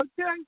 Okay